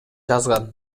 жазган